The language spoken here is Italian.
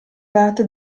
data